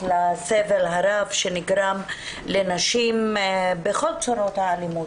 לסבל הרב שנגרם לנשים בכל צורות האלימות.